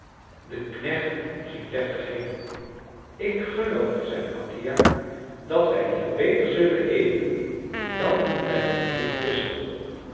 de knecht ging deftig heen ik geloof zeide mattia dat wij hier beter zullen eten dan bij de familie